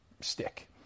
stick